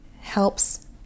helps